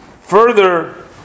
further